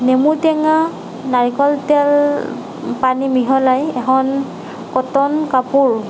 নেমু টেঙা নাৰিকল তেল পানী মিহলাই এখন কটন কাপোৰ